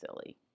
silly